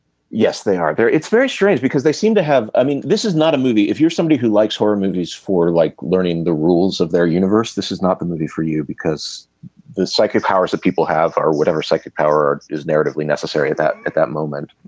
yes they are there it's very strange because they seem to have i mean this is not a movie if you're somebody who likes horror movies for like learning the rules of their universe this is not the movie for you because the psychic powers that people have are whatever psychic power is narratively necessary that at that moment.